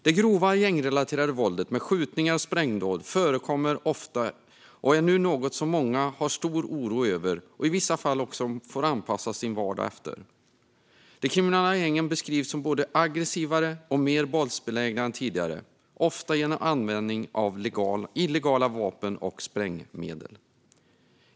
Det grova gängrelaterade våldet med skjutningar och sprängdåd förekommer ofta och är nu något som många känner stor oro över och i vissa fall också får anpassa sin vardag efter. De kriminella gängen beskrivs som både aggressivare och mer våldsbenägna än tidigare, ofta genom användning av illegala vapen och sprängmedel.